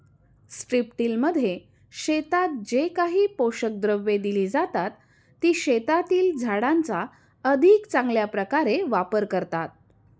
स्ट्रिपटिलमध्ये शेतात जे काही पोषक द्रव्ये दिली जातात, ती शेतातील झाडांचा अधिक चांगल्या प्रकारे वापर करतात